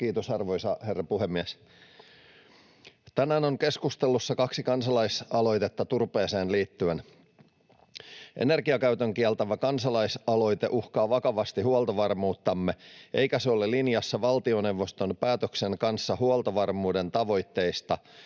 Kiitos, arvoisa herra puhemies! Tänään on keskustelussa kaksi kansalaisaloitetta turpeeseen liittyen. Energiakäytön kieltävä kansalaisaloite uhkaa vakavasti huoltovarmuuttamme, eikä se ole linjassa valtioneuvoston päätöksen kanssa huoltovarmuuden tavoitteista,